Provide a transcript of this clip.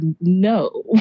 no